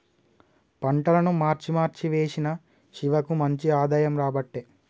పంటలను మార్చి మార్చి వేశిన శివకు మంచి ఆదాయం రాబట్టే